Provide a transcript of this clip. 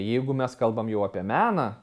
jeigu mes kalbam jau apie meną